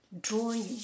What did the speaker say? drawing